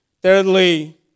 Thirdly